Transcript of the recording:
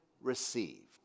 received